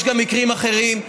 יש גם מקרים אחרים,